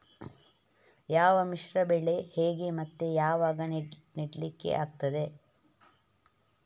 ಯಾವ ಮಿಶ್ರ ಬೆಳೆ ಹೇಗೆ ಮತ್ತೆ ಯಾವಾಗ ನೆಡ್ಲಿಕ್ಕೆ ಆಗ್ತದೆ?